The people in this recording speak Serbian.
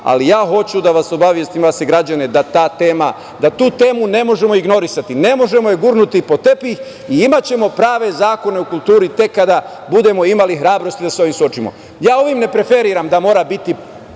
Ali, ja hoću da vas obavestim i građane, da je ta tema, da tu temu ne možemo ignorisati. Ne možemo je gurnuti pod tepih i imaćemo prave zakone u kulturi tek kada budemo imali hrabrosti da se sa ovim suočimo. Ja ovim ne preferiram da mora biti